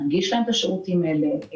להנגיש להם את השירותים הללו.